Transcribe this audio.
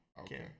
Okay